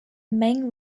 main